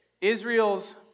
Israel's